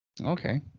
Okay